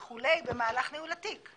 וכו' במהלך ניהול התיק,